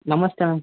ನಮಸ್ತೆ ಮ್ಯಾಮ್